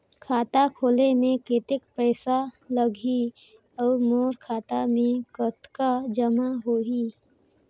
खाता खोले बर कतेक पइसा लगही? अउ मोर खाता मे कतका जमा होही?